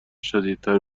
شدیدتر